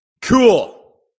Cool